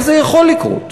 איך זה יכול לקרות?